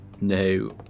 No